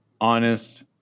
honest